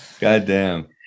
Goddamn